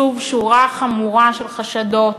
שוב שורה חמורה של חשדות,